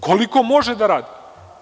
Koliko može da radi?